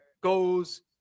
goes